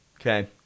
Okay